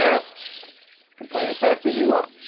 yeah can play it as fast as you want!